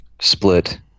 split